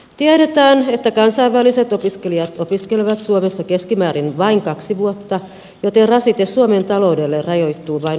tiedetään että kansainväliset opiskelijat opiskelevat suomessa keskimäärin vain kaksi vuotta joten rasite suomen taloudelle rajoittuu vain opiskeluaikaan